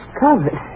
covered